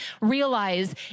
realize